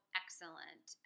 excellent